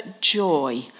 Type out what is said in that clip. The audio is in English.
joy